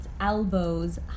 elbows